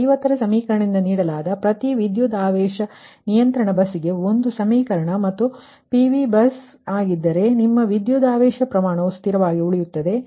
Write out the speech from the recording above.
ಆದ್ದರಿಂದ 50 ರ ಸಮೀಕರಣದಿಂದ ನೀಡಲಾದ ಪ್ರತಿ ವಿದ್ಯುದಾವೇಶ ನಿಯಂತ್ರಣ ಬಸ್ಗೆ ಒಂದು ಸಮೀಕರಣ ಮತ್ತು ಅದು PV ಬಸ್ ಆಗಿದ್ದರೆ ನಿಮ್ಮ ವಿದ್ಯುದಾವೇಶ ಪ್ರಮಾಣವು ಸ್ಥಿರವಾಗಿ ಉಳಿಯುತ್ತದೆ